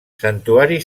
santuari